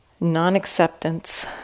non-acceptance